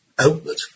outlet